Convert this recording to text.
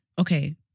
Okay